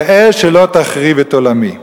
ראה שלא תחריב את עולמי.